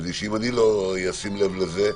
כדי שאם אני לא אשים לב לזה,